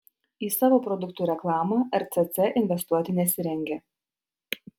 į savo produktų reklamą rcc investuoti nesirengia